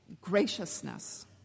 graciousness